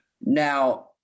now